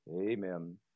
amen